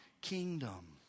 kingdom